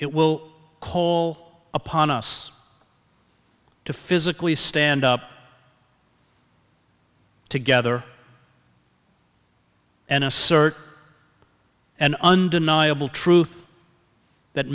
it will call upon us to physically stand up together and assert an undeniable truth that